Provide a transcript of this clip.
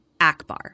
Akbar